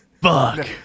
fuck